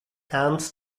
ernst